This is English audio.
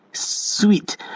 Sweet